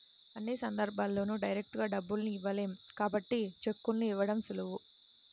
అన్ని సందర్భాల్లోనూ డైరెక్టుగా డబ్బుల్ని ఇవ్వలేం కాబట్టి చెక్కుల్ని ఇవ్వడం సులువు